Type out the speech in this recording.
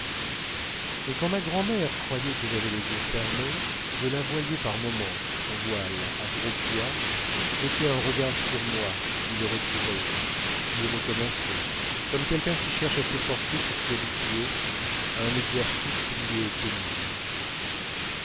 mais quand ma grand'mère croyait que j'avais les yeux fermés je la voyais par moments sous son voile à gros pois jeter un regard sur moi puis le retirer puis recommencer comme quelqu'un qui cherche à s'efforcer pour s'y habituer à un exercice qui lui est pénible